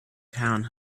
town